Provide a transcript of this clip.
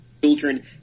children